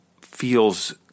feels